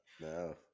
No